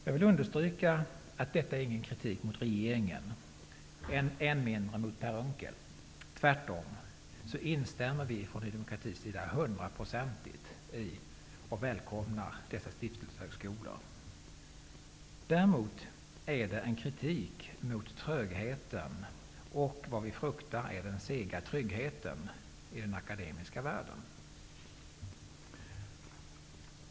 Jag vill understryka att detta inte är någon kritik mot regeringen, än mindre mot Per Unckel. Tvärtom instämmer vi från Ny demokratis sida hundraprocentigt i och välkomnar dessa stiftelsehögskolor. Däremot är det en kritik mot trögheten och vad vi fruktar är den sega tryggheten i den akademiska världen.